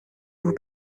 vous